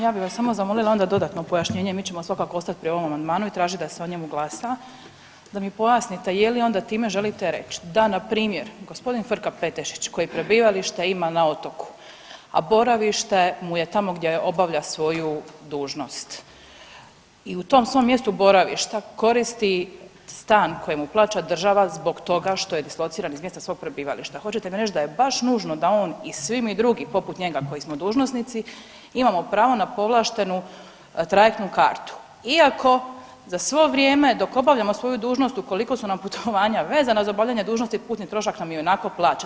Ja bih vas samo zamolila onda dodatno pojašnjenje, mi ćemo svakako ostati pri ovom amandmanu i tražiti da se o njemu glasa, da mi pojasnite je li onda time želite reć da npr. g. Frka Petešić koji prebivalište ima na otoku, a boravište mu je tamo gdje obavlja svoju dužnost i u tom svom mjestu boravišta koristi stan koji mu plaća država zbog toga što je dislociran iz mjesta svog prebivališta, hoćete mi reć da je baš nužno da on i svi mi drugi poput njega koji smo dužnosnici imamo pravo na povlaštenu trajektnu kartu, iako za svo vrijeme dok obavljamo svoju dužnost ukoliko su nam putovanja vezana za obavljanje dužnosti putni trošak nam je i onako plaćen?